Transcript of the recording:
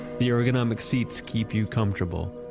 the ergonomic seats keep you comfortable.